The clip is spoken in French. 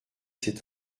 cet